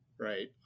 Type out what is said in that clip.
right